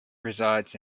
resides